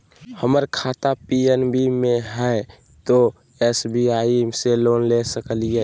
हमर खाता पी.एन.बी मे हय, तो एस.बी.आई से लोन ले सकलिए?